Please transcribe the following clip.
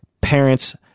parents